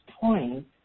point